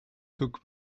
took